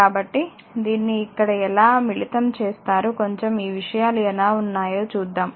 కాబట్టి దీన్ని ఇక్కడ ఎలా మిళితం చేస్తారో కొంచెం ఈ విషయాలు ఎలా ఉన్నాయో చూద్దాం